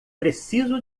preciso